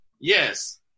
yes